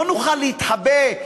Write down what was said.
לא נוכל להתחבא,